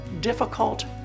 difficult